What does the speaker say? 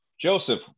Joseph